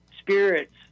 spirits